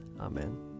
Amen